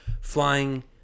flying